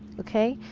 okay,